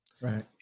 right